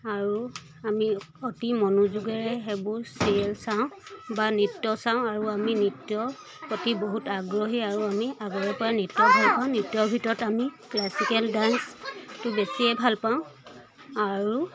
আৰু আমি অতি মনোযোগেৰে সেইবোৰ চিৰিয়েল চাওঁ বা নৃত্য চাওঁ আৰু আমি নৃত্য অতি বহুত আগ্ৰহী আৰু আমি আগলৈ পৰা নৃত্য ভাল পাওঁ নৃত্যৰ ভিতৰত আমি ক্লাছিকেল ডাঞ্চটো বেছিয়ে ভাল পাওঁ আৰু